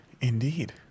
Indeed